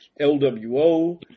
LWO